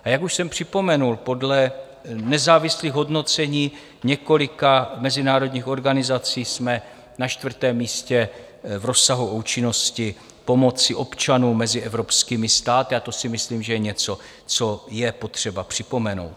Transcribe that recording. Jak už jsem připomenul, podle nezávislých hodnocení několika mezinárodních organizací jsme na čtvrtém místě v rozsahu a účinnosti pomoci občanům mezi evropskými státy, a to si myslím, že je něco, co je potřeba připomenout.